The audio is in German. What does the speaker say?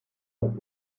auf